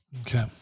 Okay